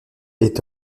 est